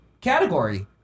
category